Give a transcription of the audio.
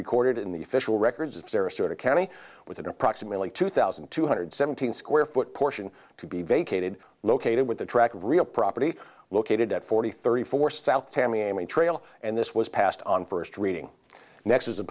recorded in the official records of sarasota county with an approximately two thousand two hundred seventeen square foot portion to be vacated located with the track of real property located at forty thirty four south tamiami trail and this was on first reading next